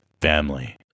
Family